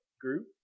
Group